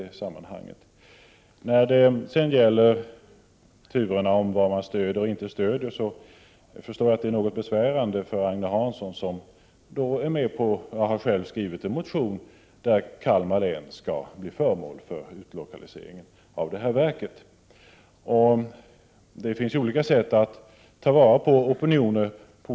Turerna kring vad man stöder och inte stöder förstår jag är något besvärande för Agne Hansson, eftersom han själv har skrivit en motion, där Kalmar län föreslås bli föremål för utlokalisering av verket. Det finns olika sätt att ta vara på opinionen.